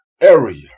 area